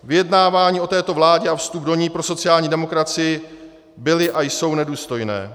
Vyjednávání o této vládě a vstup do ní pro sociální demokracii byly a jsou nedůstojné.